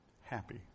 happy